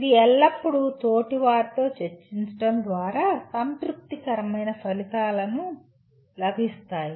ఇది ఎల్లప్పుడూ తోటి వారితో చర్చించడం ద్వారా సంతృప్తికరమైన ఫలితాలలు లభిస్తాయి